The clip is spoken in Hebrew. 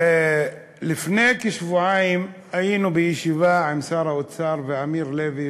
לפני כשבועיים היינו בישיבה עם שר האוצר ואמיר לוי,